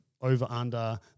over-under